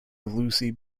lucy